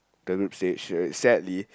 the group stage sadly